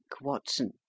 Watson